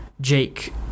Jake